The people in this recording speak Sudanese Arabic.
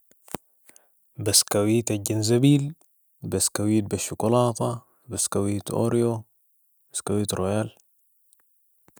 بسكويت الجنزبيل ، بسكويت بالشوكولاته ، بسكويت اوريو ، بسكويت رويال